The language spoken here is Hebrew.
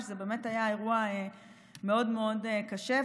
זה באמת היה אירוע מאוד מאוד קשה.